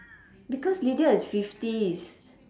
because lydia is fifties